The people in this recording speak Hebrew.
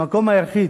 המקום היחיד